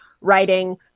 writing